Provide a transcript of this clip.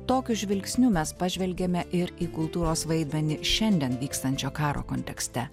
tokiu žvilgsniu mes pažvelgiame ir į kultūros vaidmenį šiandien vykstančio karo kontekste